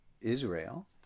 Israel